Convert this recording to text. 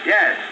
Yes